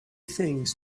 things